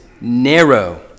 narrow